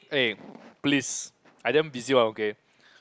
eh please I damn busy one okay